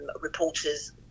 reporter's